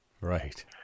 Right